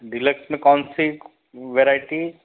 deluxe में कौन सी वेरायटी